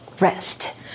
rest